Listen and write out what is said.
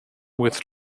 with